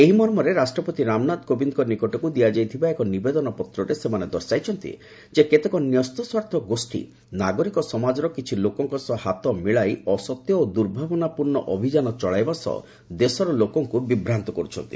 ଏହି ମର୍ମରେ ରାଷ୍ଟ୍ରପତି ରାମନାଥ କୋବିନ୍ଦଙ୍କ ନିକଟକୁ ଦିଆଯାଇଥିବା ଏକ ନିବେଦନ ପତ୍ରରେ ସେମାନେ ଦର୍ଶାଇଛନ୍ତି କେତେକ ନ୍ୟସ୍ତସ୍ୱାର୍ଥ ଗୋଷ୍ଠୀ ନାଗରିକ ସମାଜର କିଛି ଲୋକଙ୍କ ସହ ହାତ ମିଳାଇ ଅସତ୍ୟ ଓ ଦୂର୍ଭାବନାପର୍ଷ୍ଣ ଅଭିଯାନ ଚଳାଇବା ସହ ଦେଶର ଲୋକଙ୍କ ବିଭ୍ରାନ୍ତ କର୍ଛନ୍ତି